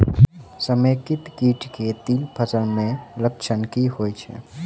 समेकित कीट केँ तिल फसल मे लक्षण की होइ छै?